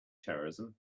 terrorism